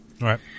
Right